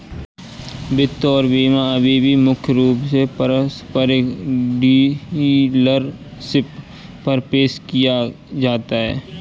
वित्त और बीमा अभी भी मुख्य रूप से परिसंपत्ति डीलरशिप पर पेश किए जाते हैं